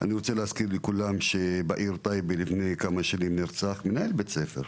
אני רוצה להזכיר לכולם שלפני כמה שנים נרצח מנהל בית ספר.